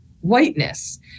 whiteness